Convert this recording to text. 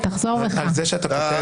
תחזור בך, רוטמן.